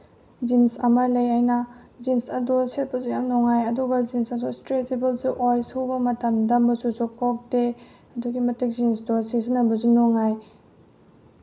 jeans ꯑꯃ ꯂꯩ ꯑꯩꯅ ꯖꯤꯟꯁ ꯑꯗꯣ ꯁꯦꯠꯄꯁꯨ ꯌꯥꯝ ꯅꯨꯡꯉꯥꯏ ꯑꯗꯨꯒ ꯖꯤꯟꯁ ꯑꯗꯨ ꯏꯁꯇ꯭ꯔꯦꯆꯤꯕꯜꯁꯨ ꯑꯣꯏ ꯁꯨꯕ ꯃꯇꯝꯗ ꯃꯆꯨꯁꯨ ꯀꯣꯛꯇꯦ ꯑꯗꯨꯛꯀꯤ ꯃꯇꯤꯛ ꯖꯤꯟꯁꯇꯣ ꯁꯤꯖꯤꯟꯅꯕꯁꯨ ꯅꯨꯡꯉꯥꯏ